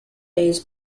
days